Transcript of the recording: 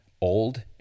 old